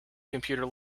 computer